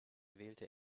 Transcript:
wählte